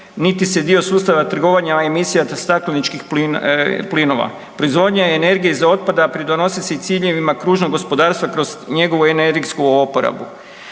niti se dio sustava trgovanja emisija stakleničkih plinova. Proizvodnja energije iz otpada pridonosi ciljevima kružnog gospodarstva kroz njegovu energijsku oporabu.